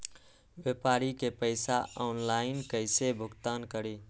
व्यापारी के पैसा ऑनलाइन कईसे भुगतान करी?